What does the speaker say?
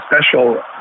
special